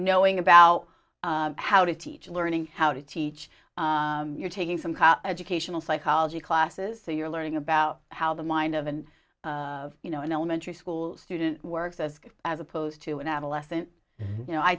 ing about how to teach learning how to teach you're taking some educational psychology classes so you're learning about how the mind of and you know in elementary school student works as good as opposed to an adolescent you know i